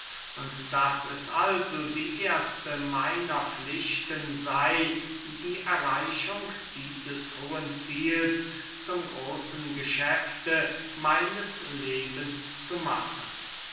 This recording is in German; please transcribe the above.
und daß es also die erste meiner pflichten sey die erreichung dieses hohen ziels zum großen geschäfte meines lebens zu machen